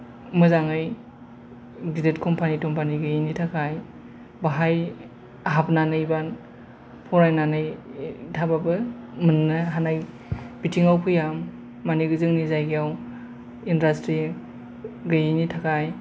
मोजाङै गिदिर कम्पानि टम्पानि गैयैनि थाखाय बाहाय हाबनानै बा फरायनानै थाबाबो मोननो हानाय बिथिङाव फैया माने जोंनि जायगायाव इन्दास्ट्रि गैयिनि थाखाय